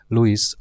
Louis